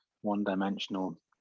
one-dimensional